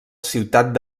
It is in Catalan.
ciutat